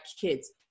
kids